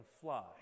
fly